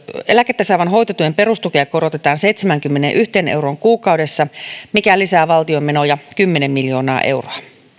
eläkettä saavan hoitotuen perustukea korotetaan seitsemäänkymmeneenyhteen euroon kuukaudessa mikä lisää valtion menoja kymmenen miljoonaa euroa